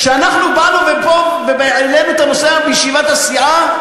כשאנחנו באנו והעלינו את הנושא בישיבת הסיעה,